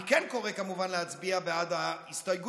אני כן קורא, כמובן, להצביע בעד ההסתייגויות.